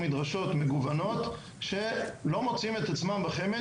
מדרשות מגוונות שלא מוצאים את עצמם בחמ"ד